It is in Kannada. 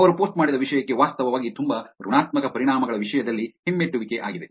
ಅವರು ಪೋಸ್ಟ್ ಮಾಡಿದ ವಿಷಯಕ್ಕೆ ವಾಸ್ತವವಾಗಿ ತುಂಬಾ ಋಣಾತ್ಮಕ ಪರಿಣಾಮಗಳ ವಿಷಯದಲ್ಲಿ ಹಿಮ್ಮೆಟ್ಟುವಿಕೆ ಆಗಿದೆ